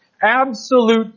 absolute